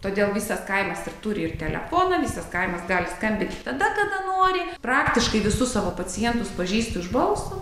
todėl visas kaimas ir turi ir telefoną visas kaimas gali skambin tada kada nori praktiškai visus savo pacientus pažįstu iš balso